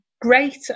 great